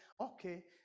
okay